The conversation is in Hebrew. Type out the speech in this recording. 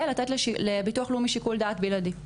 לתת לביטוח לאומי שיקול דעתי בלעדי.